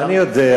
אני יודע,